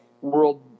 World